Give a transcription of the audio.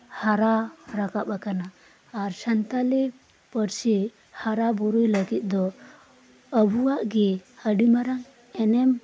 ᱦᱟᱨᱟ ᱨᱟᱠᱟᱵ ᱟᱠᱟᱱᱟ ᱟᱨ ᱥᱟᱱᱛᱟᱞᱤ ᱯᱟᱨᱥᱤ ᱦᱟᱨᱟ ᱵᱩᱨᱩᱭ ᱞᱟᱜᱤᱫ ᱫᱚ ᱟᱵᱚᱣᱟᱜ ᱜᱮ ᱟᱰᱤ ᱢᱟᱨᱟᱝ ᱮᱱᱮᱢ